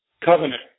covenant